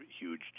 huge